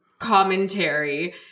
commentary